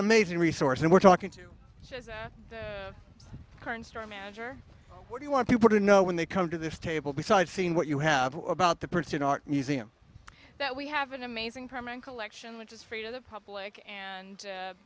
mazing resource and we're talking to current store manager what do you want people to know when they come to this table beside seeing what you have about the person art museum that we have an amazing perming collection which is free to the public and